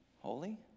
holy